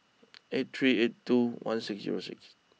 eight three eight two one six zero six